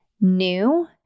new